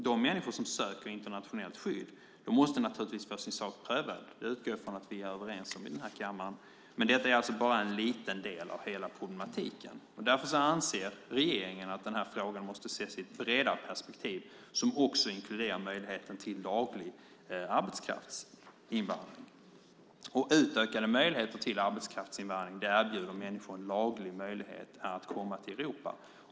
De människor som söker internationellt skydd måste naturligtvis få sin sak prövad. Jag utgår från att vi är överens om det i kammaren. Men det är alltså bara en liten del av hela problematiken. Därför anser regeringen att frågan måste ses i ett bredare perspektiv som även inkluderar möjligheten till laglig arbetskraftsinvandring. Utökade möjligheter till arbetskraftsinvandring erbjuder människor en laglig möjlighet att komma till Europa.